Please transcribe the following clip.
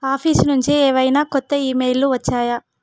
office నుంచి ఏవైనా కొత్త ఈమెయిల్లు వచ్చాయా